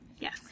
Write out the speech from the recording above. yes